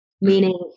meaning